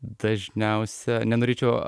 dažniausia nenorėčiau